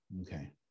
okay